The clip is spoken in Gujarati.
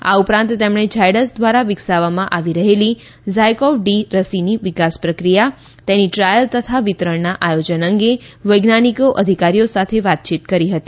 આ ઉપરાંત તેમણે ઝાયડ્સ દ્વારા વિકસાવવામાં આવી રહેલી ઝાયકોવ ડી રસીની વિકાસ પ્રક્રિયા તેની ટ્રાયલ તથા વિતરણના આયોજન અંગે વૈજ્ઞાનિકો અધિકારીઓ સાથે વાતચીત કરી હતી